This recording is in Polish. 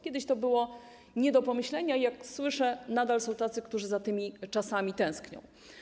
Kiedyś to było nie do pomyślenia, ale jak słyszę, nadal są tacy, którzy za tymi czasami tęsknią.